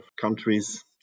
countries